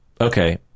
Okay